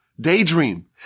daydream